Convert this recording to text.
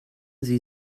sie